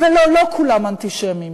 ולא, לא כולם אנטישמים.